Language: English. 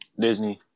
Disney